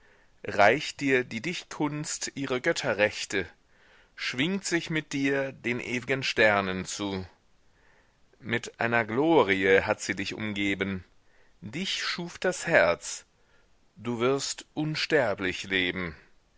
reicht dir die dichtkunst ihre götterrechte schwingt sich mit dir den ew'gen sternen zu mit einer glorie hat sie dich umgeben dich schuf das herz du wirst unsterblich leben